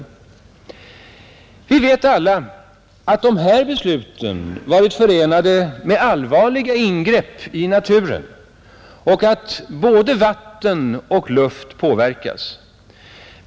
Vi vet alla att dessa beslut har varit förenade med allvarliga ingrepp i naturen och att både vatten och luft har påverkats.